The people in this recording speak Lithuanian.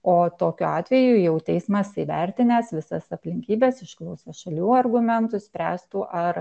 o tokiu atveju jau teismas įvertinęs visas aplinkybes išklausęs šalių argumentus spręstų ar